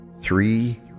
three